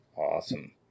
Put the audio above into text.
awesome